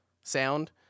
sound